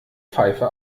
pfeife